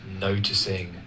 noticing